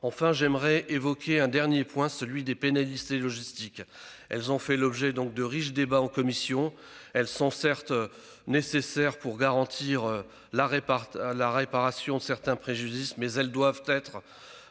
Enfin, j'aimerais évoquer la question des pénalités logistiques. Celles-ci ont fait l'objet de riches débats en commission. Elles sont certes nécessaires pour garantir la réparation de certains préjudices, mais elles doivent être